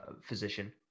physician